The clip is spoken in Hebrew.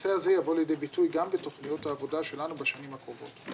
הנושא הזה יבוא לידי ביטוי גם בתוכניות העבודה שלנו בשנים הקרובות.